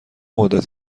مدت